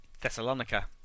Thessalonica